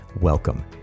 welcome